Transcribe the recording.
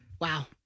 Wow